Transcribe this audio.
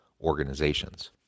organizations